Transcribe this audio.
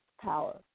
power